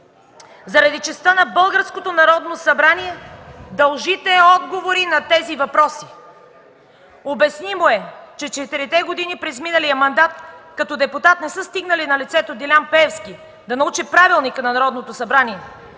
Народно събрание дължите отговори на тези въпроси! Обяснимо е, че четирите години през миналия мандат като депутат не са стигнали на лицето Делян Пеевски да научи Правилника на